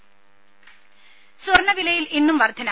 രുദ സ്വർണവിലയിൽ ഇന്നും വർധന